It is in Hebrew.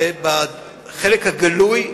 בחלק הגלוי,